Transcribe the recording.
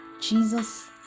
jesus